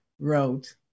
wrote